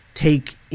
take